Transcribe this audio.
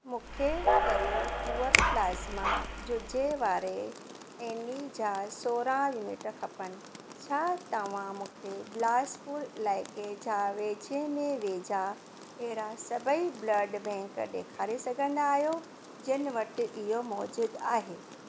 मूंखे करियो poor plasma जुझे वारे एनी जा सोरहं यूनिट खपनि छा तव्हां मूंखे बिलासपुर इलाइके जा वेझे में वेझा अहिड़ा सभई ब्लड बैंक ॾेखारे सघंदा आहियो जिन वटि इहो मौजूद आहे